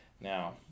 Now